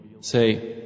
Say